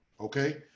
Okay